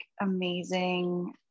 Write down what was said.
amazing